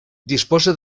disposa